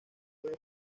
puede